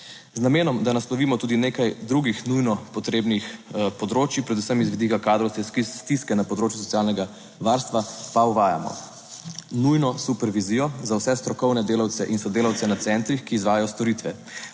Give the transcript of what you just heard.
Z namenom, da naslovimo tudi nekaj drugih nujno potrebnih področij, predvsem z vidika kadrovske stiske na področju socialnega varstva, pa uvajamo nujno supervizijo za vse strokovne delavce in sodelavce na centrih, ki izvajajo storitve.